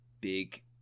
big